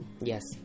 Yes